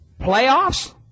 playoffs